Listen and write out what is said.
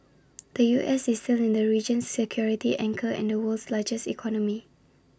the U S is still the region's security anchor and the world's largest economy